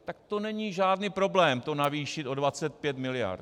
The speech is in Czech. Tak to není žádný problém to navýšit o 25 miliard.